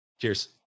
Cheers